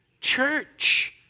Church